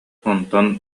онтон